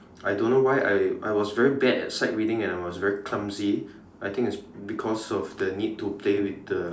I don't know why I I was very bad at sight reading and I was very clumsy I think it is because of the need to play with uh